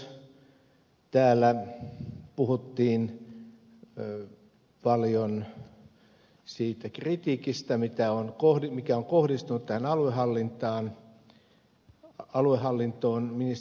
todella täällä puhuttiin paljon myös siitä kritiikistä joka on kohdistunut tähän aluehallintoon